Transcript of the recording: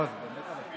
לא, זה באמת חלש,